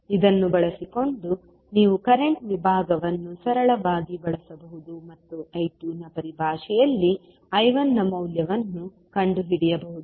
ಇದನ್ನು ಬಳಸಿಕೊಂಡು ನೀವು ಕರೆಂಟ್ ವಿಭಾಗವನ್ನು ಸರಳವಾಗಿ ಬಳಸಬಹುದು ಮತ್ತು I2 ನ ಪರಿಭಾಷೆಯಲ್ಲಿ I1 ನ ಮೌಲ್ಯವನ್ನು ಕಂಡುಹಿಡಿಯಬಹುದು